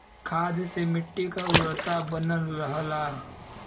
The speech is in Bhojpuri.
खाद से मट्टी क उर्वरता बनल रहला